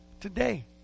today